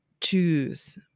choose